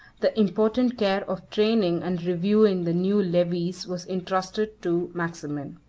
the important care of training and reviewing the new levies was intrusted to maximin.